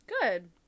Good